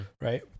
right